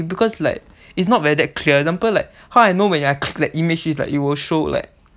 it's because like it's not like that clear example like how I know when you are like that image is like it will show like